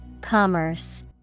Commerce